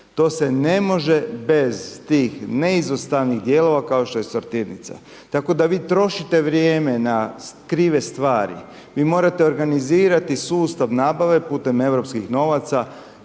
To se ne može bez tih neizostavnih dijelova kao što je sortirnica. Tako da vi trošite vrijeme na krive stvari. Vi morate organizirati sustav nabave putem europskih novaca,